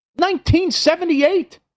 1978